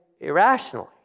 irrationally